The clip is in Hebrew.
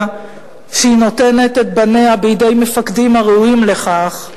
שהיא נותנת את בניה בידי מפקדים הראויים לכך,